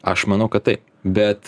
aš manau taip bet